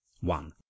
one